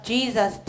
Jesus